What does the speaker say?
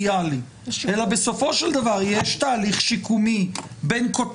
שנייה, אבל טלי תקשיבי לי, אם את תעני לי לכל